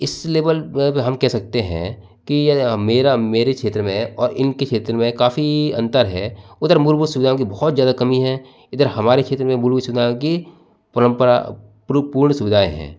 इस लेबल हम कह सकते हैं कि मेरा मेरे क्षेत्र में और इनके क्षेत्र में काफ़ी अंतर है उधर मूलभुत सुविधाओं की बहुत ज़्यादा कमी हैं इधर हमारे क्षेत्र में मूलभूत सुविधाओं की परम्परा पूर्ण सुविधाएं हैं